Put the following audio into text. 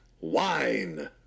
Wine